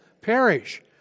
Perish